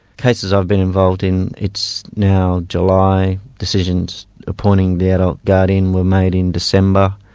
cases i've been involved in, it's now july, decisions appointing the adult guardian were made in december,